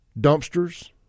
dumpsters